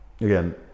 Again